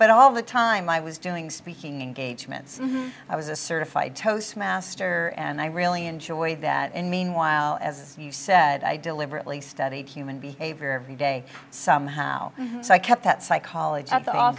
but all the time i was doing speaking engagements i was a certified toastmaster and i really enjoyed that and meanwhile as you said i deliberately studied human behavior every day somehow so i kept that psycholog